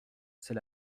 c’est